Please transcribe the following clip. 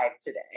today